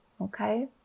Okay